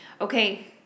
Okay